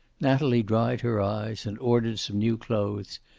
natalie dried her eyes and ordered some new clothes,